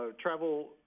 travel